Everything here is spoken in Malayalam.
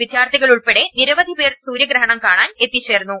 വിദ്യാർത്ഥികൾ ഉൾപ്പെടെ നിരവധി പേർ സൂര്യഗ്രഹണം കാണാൻ എത്തിച്ചേർന്നു